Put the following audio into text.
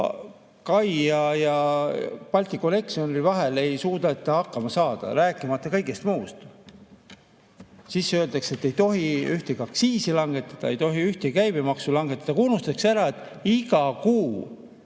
kai ja Balticconnectori vahel ei suudeta hakkama saada, rääkimata kõigest muust. Siis öeldakse, et ei tohi ühtegi aktsiisi langetada, ei tohi ühtegi käibemaksu langetada, aga unustatakse ära, et iga kuu